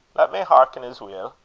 lat me hearken as weel,